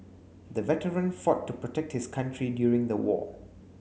the veteran fought to protect his country during the war